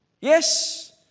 Yes